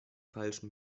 falschen